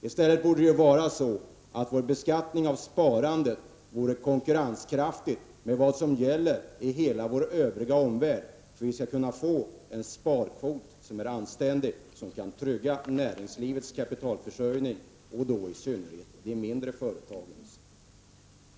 I stället borde vår beskattning av sparandet vara konkurrenskraftig i förhållande till vad som gäller i vår omvärld, så att vi skulle kunna få en sparkvot som är anständig och som kan trygga näringslivets kapitalförsörjning, i synnerhet de mindre företagens.